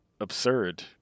absurd